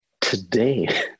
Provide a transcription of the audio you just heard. today